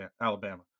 Alabama